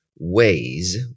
ways